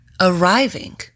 arriving